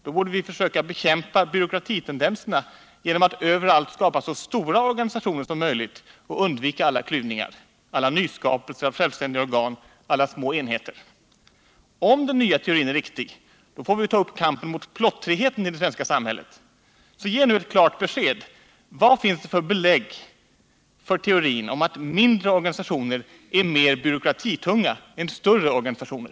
Då borde vi försöka bekämpa byråkratitendenserna genom att överallt skapa så stora organistioner som möjligt och undvika alla klyvningar, alla nyskapelser av självständiga organ och alla små enheter. Om er nya teori är riktig, får vi ta upp kampen mot plottrigheten i det svenska samhället. Så ge nu ett klart besked: Vad finns det för belägg för teorin att mindre organisationer är mer byråkratitunga än större organisationer?